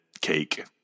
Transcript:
cake